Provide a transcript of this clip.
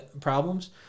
Problems